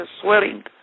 swearing